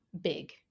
big